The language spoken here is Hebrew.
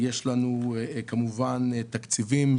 יש לנו כמובן תקציבים,